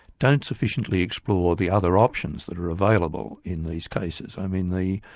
don't sufficiently explore the other options that are available in these cases. i mean the